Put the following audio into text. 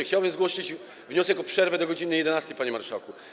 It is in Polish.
Chciałbym zgłosić wniosek o przerwę do godz. 11, panie marszałku.